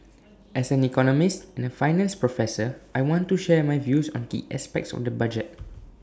as an economist and A finance professor I want to share my views on key aspects on the budget